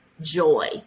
joy